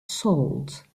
salt